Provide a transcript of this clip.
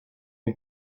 mes